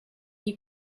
you